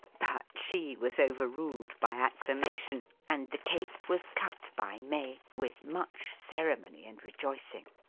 but she was overruled by acclamation and the cake was cut by may, with much ceremony and rejoicing.